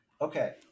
Okay